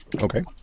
Okay